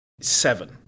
Seven